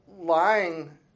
lying